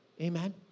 amen